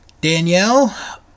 Danielle